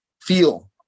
feel